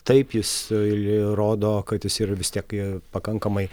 taip jis rodo kad jis ir vis tiek pakankamai